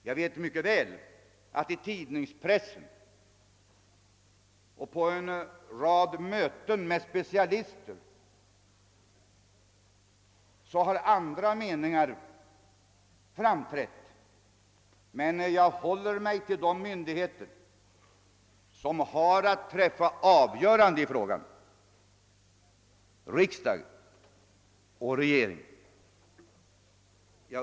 Jag vet mycket väl att andra meningar framförts i pressen och på en rad möten med specialister, men jag håller mig till de myndigheter som har att träffa avgörande i frågan: riksdag och regering.